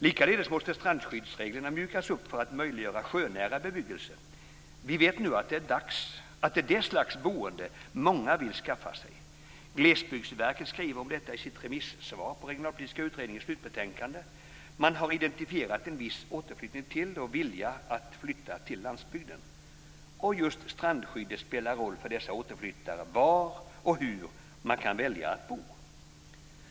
Likaledes måste strandskyddsreglerna mjukas upp för att möjliggöra sjönära bebyggelse. Vi vet nu att detta är det slags boende som många vill skaffa sig. Glesbygdsverket skriver om detta i sitt remissvar på Regionalpolitiska utredningens slutbetänkande. Man har identifierat en viss återflyttning till landsbygden och vilja att flytta till denna. Just strandskyddet spelar en roll för återflyttarna när det gäller var och hur man kan välja att bo.